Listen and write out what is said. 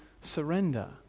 surrender